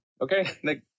Okay